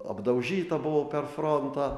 apdaužyta buvo per frontą